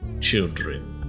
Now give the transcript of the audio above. children